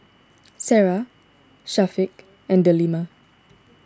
Sarah Syafiq and Delima